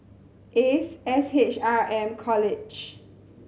Ace S H R M College